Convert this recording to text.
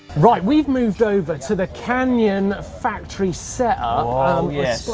right, we've moved over to the canyon factory set-up. oh, yes.